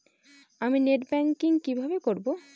আমি net banking কিভাবে করব?